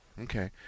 okay